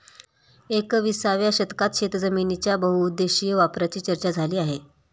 एकविसाव्या शतकात शेतजमिनीच्या बहुउद्देशीय वापराची चर्चा झाली आहे